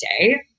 day